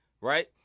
right